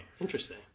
Interesting